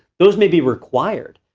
those may be required.